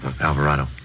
Alvarado